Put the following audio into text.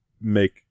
make